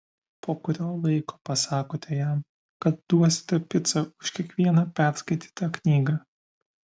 po kurio laiko pasakote jam kad duosite picą už kiekvieną perskaitytą knygą